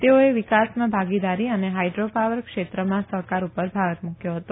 તેઓએ વિકાસમાં ભાગીદારી અને હાઇડ્રોપાવર ક્ષેત્રમાં સહકાર ઉપર ભાર મુક્યો હતો